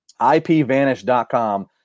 IPVanish.com